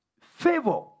favor